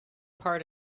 part